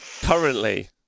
currently